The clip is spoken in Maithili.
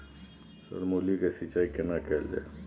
सर मूली के सिंचाई केना कैल जाए?